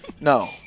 No